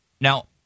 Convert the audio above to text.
Now